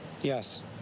Yes